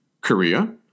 Korea